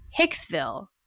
Hicksville